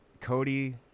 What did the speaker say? Cody